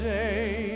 day